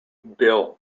bill